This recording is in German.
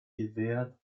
gewährt